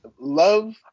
Love